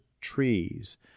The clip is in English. Trees